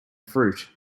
fruit